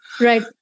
Right